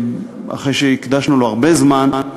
אחרי שהקדשנו לו הרבה זמן,